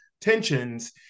tensions